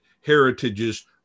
heritages